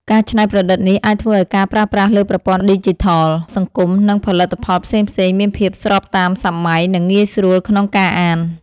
ការច្នៃប្រឌិតនេះអាចធ្វើឲ្យការប្រើប្រាស់លើប្រព័ន្ធឌីជីថល សង្គម និងផលិតផលផ្សេងៗ មានភាពស្របតាមសម័យ និងងាយស្រួលក្នុងការអាន។